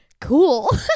Cool